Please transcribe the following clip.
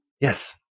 Yes